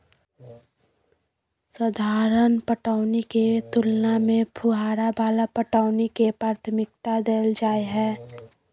साधारण पटौनी के तुलना में फुहारा वाला पटौनी के प्राथमिकता दैल जाय हय